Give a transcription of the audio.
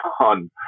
on